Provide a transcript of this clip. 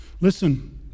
Listen